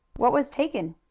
what was taken?